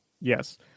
Yes